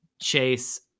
chase